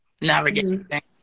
navigate